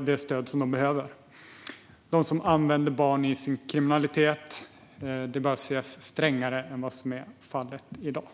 det stöd som de behöver. Man bör se strängare på dem som använder barn i sin kriminalitet än vad som är fallet i dag.